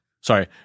Sorry